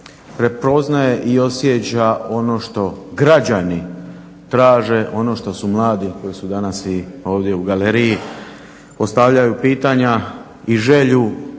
prepoznaje i osjeća ono što građani traže, ono što su mladi koji su danas i ovdje na galeriji postavljaju pitanja i želju